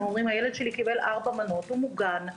אומרים: הילד שלי קיבל 4 מנות, הוא מוגן.